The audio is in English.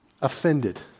offended